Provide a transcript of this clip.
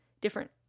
different